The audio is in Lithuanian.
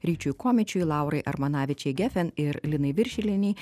ryčiui komičiui laurai armanavičei gefen ir linai viršilienei